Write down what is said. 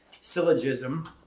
syllogism